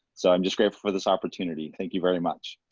so i'm just grateful for this opportunity. thank you very much.